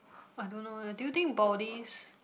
I don't know eh do you think baldy's